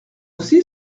aussi